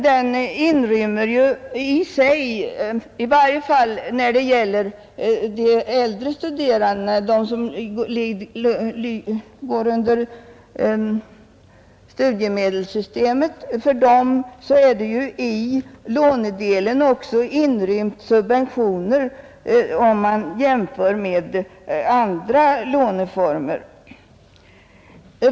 I de studiemedel som utgår till äldre studerande är lånedelen subventionerad om man jämför med andra låneformer.